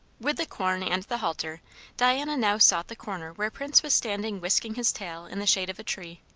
with the corn and the halter diana now sought the corner where prince was standing whisking his tail in the shade of a tree.